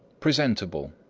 presentable,